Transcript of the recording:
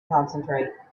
concentrate